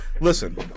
Listen